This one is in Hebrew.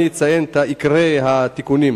אני אציין את עיקרי התיקונים.